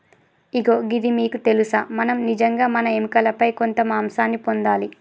ఇగో గిది మీకు తెలుసా మనం నిజంగా మన ఎముకలపై కొంత మాంసాన్ని పొందాలి